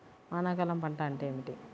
వానాకాలం పంట అంటే ఏమిటి?